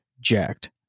jacked